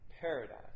paradise